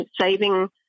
saving